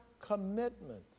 commitment